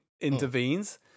intervenes